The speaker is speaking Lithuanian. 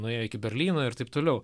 nuėjo iki berlyno ir taip toliau